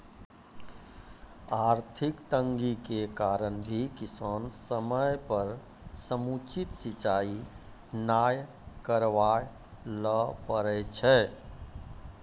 आर्थिक तंगी के कारण भी किसान समय पर समुचित सिंचाई नाय करवाय ल पारै छै